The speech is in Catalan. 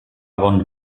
bon